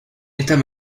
état